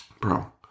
Bro